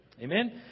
Amen